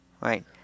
right